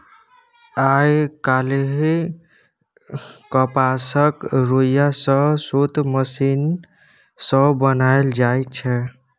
आइ काल्हि कपासक रुइया सँ सुत मशीन सँ बनाएल जाइ छै